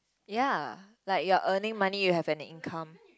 ya like you're earning money you have an income